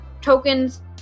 tokens